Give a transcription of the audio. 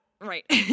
Right